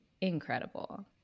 incredible